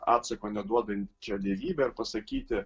atsako neduodančią dievybę ar pasakyti